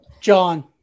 John